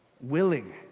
willing